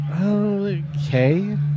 okay